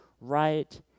right